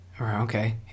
Okay